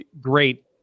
great